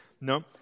No